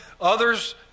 Others